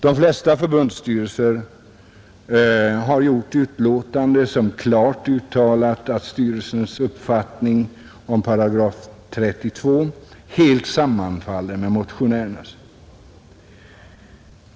Förbundsstyrelserna har i de flesta fall gjort uttalanden som klart visar att styrelsernas uppfattning om § 32 helt sammanfaller med motionärernas.